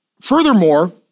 Furthermore